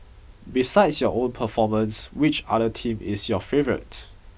besides your own performance which other team is your favourite